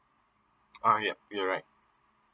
oh yup you're right